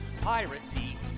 piracy